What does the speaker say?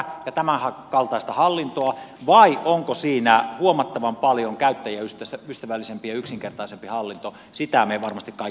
ja tämänkal taista hallintoa vai onko siinä huomattavan paljon käyttäjäystävällisempi ja yksinkertaisempi hallinto mitä me varmasti kaikki tavoittelemme